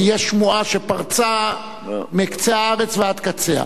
כי יש שמועה שפרצה מקצה הארץ ועד קצה.